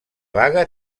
vaga